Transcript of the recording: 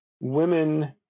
women